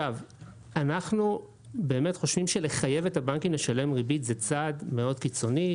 אנחנו חושבים שלחייב את הבנקים לשלם ריבית זה צעד מאוד קיצוני,